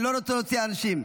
אני לא רוצה להוציא אנשים.